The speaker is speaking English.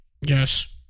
Yes